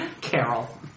carol